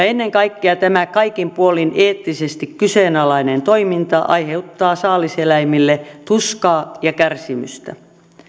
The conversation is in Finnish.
ennen kaikkea tämä kaikin puolin eettisesti kyseenalainen toiminta aiheuttaa saaliseläimille tuskaa ja kärsimystä